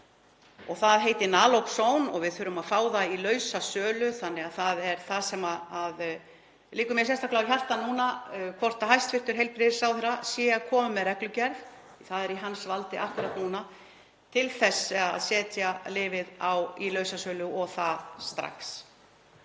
Það heitir Naloxone og við þurfum að fá það í lausasölu. Það er það sem liggur mér sérstaklega á hjarta núna, hvort hæstv. heilbrigðisráðherra sé að koma með reglugerð, það er í hans valdi akkúrat núna, til þess að setja lyfið í lausasölu og það strax.